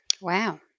Wow